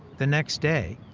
the next day,